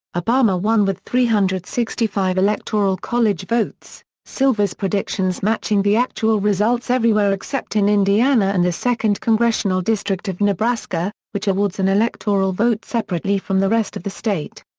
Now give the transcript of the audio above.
obama won with three hundred and sixty five electoral college votes, silver's predictions matching the actual results everywhere except in indiana and the second congressional district of nebraska, which awards an electoral vote separately from the rest of the state.